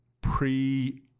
pre